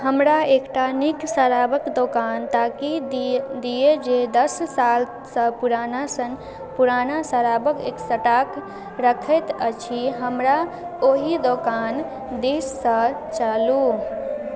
हमरा एकटा नीक शराबके दोकान ताकि दिअ दिअ जे दस सालसँ पुरानासन पुराना शराबके स्टॉक रखैत अछि हमरा ओहि दोकान दिस लऽ चलू